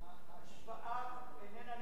ההשוואה אינה נכונה.